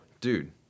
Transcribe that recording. dude